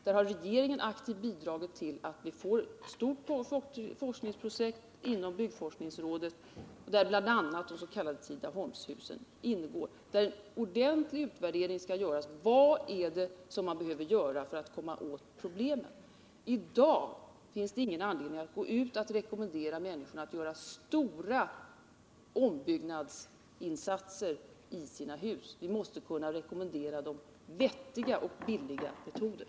Därvid har regeringen aktivt bidragit till ett stort forskningsprojekt inom byggforskningsrådet, där bl.a. de s.k. Tidaholmshusen ingår. Där skall det företas en ordentlig utvärdering av vilka åtgärder som behöver vidtagas för att man skall komma åt problemet. I dag finns det ingen anledning att gå ut och rekommendera människorna att göra stora ombyggnadsinsatser i sina hus. Vi måste kunna rekommendera dem vettiga och billiga metoder.